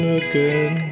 again